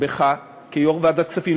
בך כיושב-ראש ועדת הכספים.